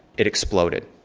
it exploded.